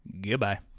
Goodbye